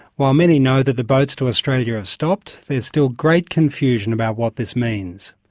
while many know that the boats to australia have stopped, there is still great confusion about what this means.